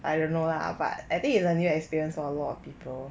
I don't know lah but I think is a new experience for a lot of people